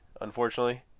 unfortunately